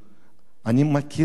אני מכיר את הנושא,